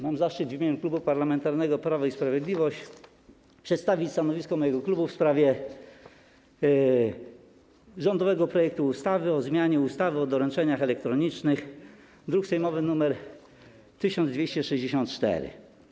Mam zaszczyt w imieniu Klubu Parlamentarnego Prawo i Sprawiedliwość przedstawić stanowisko mojego klubu w sprawie rządowego projektu ustawy o zmianie ustawy o doręczeniach elektronicznych, druk sejmowy nr 1264.